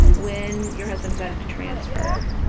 when your husband decided to transfer,